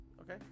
okay